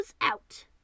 out